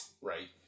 Right